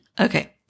Okay